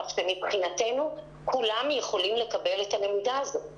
כך שמבחינתנו כולם יכולים לקבל את הלמידה הזאת כמו כל התלמידים.